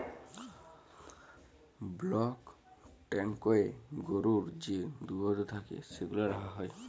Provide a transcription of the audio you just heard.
block ট্যাংকয়ে গরুর যে দুহুদ থ্যাকে সেগলা রাখা হ্যয়